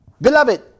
Beloved